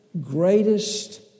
greatest